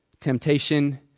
temptation